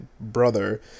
brother